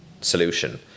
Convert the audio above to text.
solution